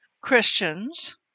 Christians